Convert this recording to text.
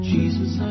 Jesus